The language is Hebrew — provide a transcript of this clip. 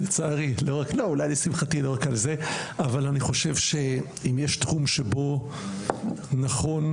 אבל אני חושב שאם יש תחום שבו נכון